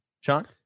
Sean